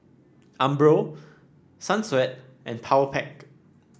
Umbro Sunsweet and Powerpac